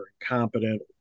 incompetent